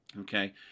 Okay